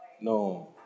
No